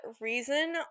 reason